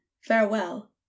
farewell